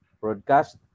broadcast